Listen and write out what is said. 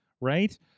right